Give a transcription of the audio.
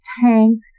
tank